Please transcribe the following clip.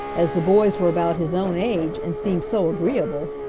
as the boys were about his own age and seemed so agreeable.